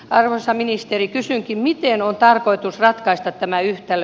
arvoisa ministeri miten on tarkoitus ratkaista tämä yhtälö